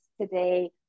today